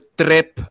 trip